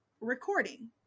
recording